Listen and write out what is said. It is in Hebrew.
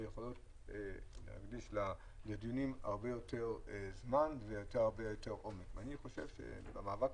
שיכולה להקדיש הרבה יותר זמן ועומק לדיונים.